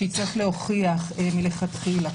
שיצטרך להוכיח מלכתחילה,